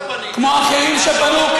כמו אחרים שפנו,